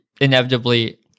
inevitably